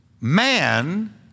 Man